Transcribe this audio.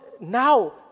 now